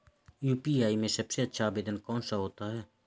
UPI में सबसे अच्छा आवेदन कौन सा होता है?